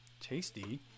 tasty